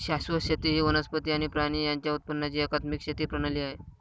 शाश्वत शेती ही वनस्पती आणि प्राणी यांच्या उत्पादनाची एकात्मिक शेती प्रणाली आहे